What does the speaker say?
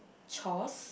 chores